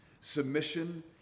submission